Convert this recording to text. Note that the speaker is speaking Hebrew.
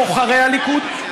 בוחרי הליכוד,